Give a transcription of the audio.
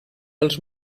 els